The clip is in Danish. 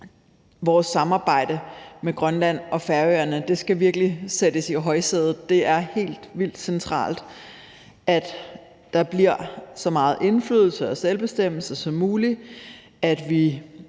vores samarbejde med Grønland og Færøerne virkelig skal sættes i højsædet. Det er helt vildt centralt, at der bliver så meget indflydelse og selvbestemmelse som muligt,